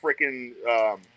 freaking